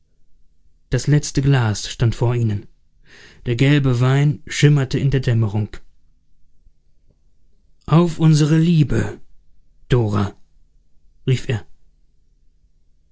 das letzte glas stand vor ihnen der gelbe wein schimmerte in der dämmerung auf unsere liebe dora rief er